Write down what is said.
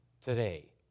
today